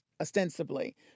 ostensibly